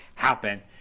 happen